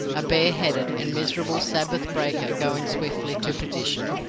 a bare-headed and miserable sabbath-breaker going swiftly to perdition.